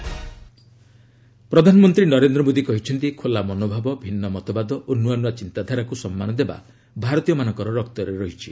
PM Kozhikode ପ୍ରଧାନମନ୍ତ୍ରୀ ନରେନ୍ଦ୍ର ମୋଦୀ କହିଛନ୍ତି ଖୋଲା ମନୋଭାବ ଭିନ୍ନ ମତବାଦ ଓ ନ୍ୱଆନ୍ତଆ ଚିନ୍ତାଧାରାକୁ ସମ୍ମାନ ଦେବା ଭାରତୀୟମାନଙ୍କ ରକ୍ତରେ ରହିଛି